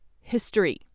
history